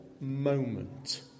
moment